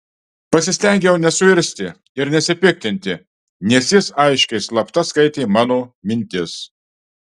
pasistengiau nesuirzti ir nesipiktinti nes jis aiškiai slapta skaitė mano mintis